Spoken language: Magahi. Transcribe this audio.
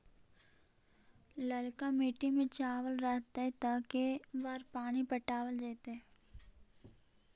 ललका मिट्टी में चावल रहतै त के बार पानी पटावल जेतै?